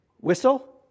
Whistle